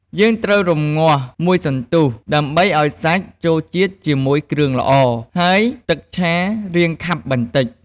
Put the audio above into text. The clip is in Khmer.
យើងត្រូវរម្ងាស់មួយសន្ទុះ ដើម្បីឱ្យសាច់ចូលជាតិជាមួយគ្រឿងល្អ ហើយទឹកឆារាងខាប់បន្តិច។